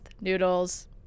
noodles